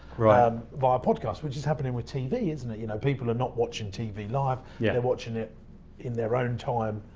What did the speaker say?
um via podcast which is happening with tv, isn't it? you know people are not watching tv live, yeah they're watching it in their own time,